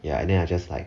ya then I just like